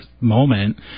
moment